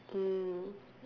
mm